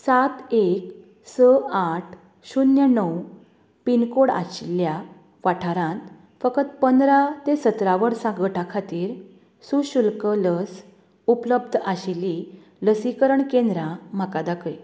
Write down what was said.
सात एक स आठ शुन्य णव पीन कोड आशिल्ल्या वाठारांत फकत पंदरा ते सतरा वर्सां गटा खातीर सुशुल्क लस उपलब्द आशिल्ली लसीकरण केंद्रां म्हाका दाखय